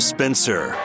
Spencer